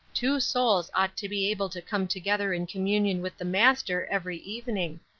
two souls ought to be able to come together in communion with the master every evening.